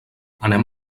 anem